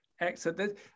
excellent